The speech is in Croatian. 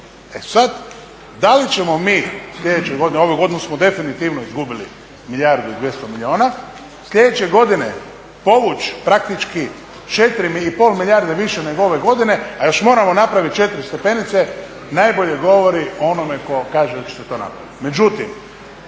E sad, da li ćemo mi u sljedećoj godini, ove godine smo definitivno izgubili milijardu i 200 milijuna, sljedeće godine povući praktički 4,5 milijarde više nego ove godine, a još moramo napraviti 4 stepenice, najbolje govori o onome tko kaže da ćete to napraviti.